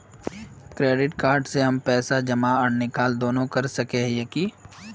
Credit card से हम पैसा जमा आर निकाल दोनों कर सके हिये की?